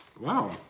Wow